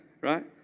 right